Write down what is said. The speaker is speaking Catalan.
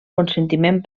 consentiment